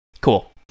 Cool